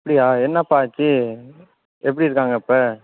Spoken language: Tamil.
அப்படியா என்னப்பா ஆச்சு எப்படி இருக்காங்க இப்போ